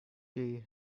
they